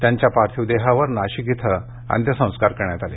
त्यांच्या पार्थिवावर नाशिक इथं अंत्यसंस्कार करण्यात आले